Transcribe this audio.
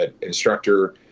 instructor